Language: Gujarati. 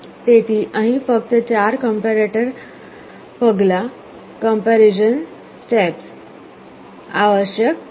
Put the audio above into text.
તેથી અહીં ફક્ત 4 કંપેરટર પગલાં કમ્પૅરિઝન સ્ટેપ્સ આવશ્યક છે